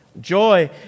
Joy